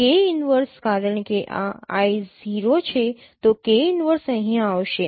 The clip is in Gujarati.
K ઇનવર્સ કારણ કે આ I 0 છે તો K ઇનવર્સ અહીં આવશે